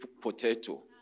potato